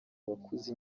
abakuze